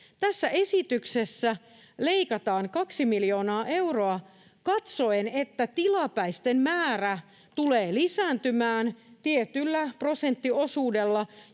Tässä esityksessä leikataan kaksi miljoonaa euroa katsoen, että tilapäisten määrä tulee lisääntymään tietyllä prosenttiosuudella,